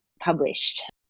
published